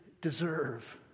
deserve